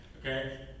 Okay